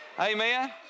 Amen